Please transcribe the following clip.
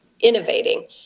innovating